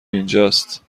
اینجاست